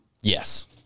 Yes